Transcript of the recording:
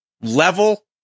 level